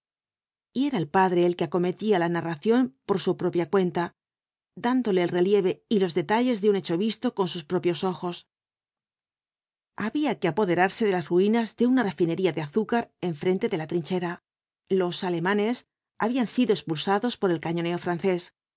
y era el padre el que acometía la narración por su los cuatro jinbtbs dru apocalipsis dándole el relieve y los detalles de un hecho visto con sus propios ojos había que apoderarse de las ruinas de una refinería de azúcar enfrente de la trinchera los alemanes habían sido expulsados por el cañoneo francés